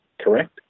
correct